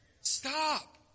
Stop